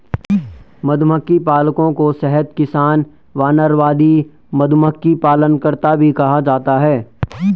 मधुमक्खी पालकों को शहद किसान, वानरवादी, मधुमक्खी पालनकर्ता भी कहा जाता है